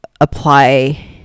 Apply